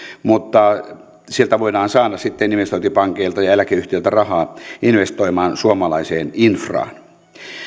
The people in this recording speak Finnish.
mutta sieltä voidaan saada sitten investointipankeilta ja eläkeyhtiöiltä rahaa investoimaan suomalaiseen infraan